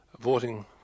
voting